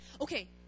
Okay